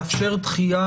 לאפשר דחייה.